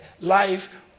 life